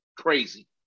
crazy